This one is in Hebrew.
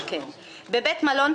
"(ב)בבית מלון,